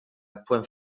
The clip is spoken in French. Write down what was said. point